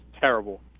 terrible